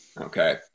Okay